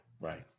right